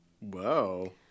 Whoa